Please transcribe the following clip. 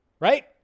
Right